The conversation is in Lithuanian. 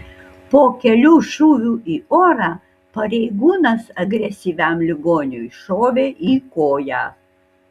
po kelių šūvių į orą pareigūnas agresyviam ligoniui šovė į koją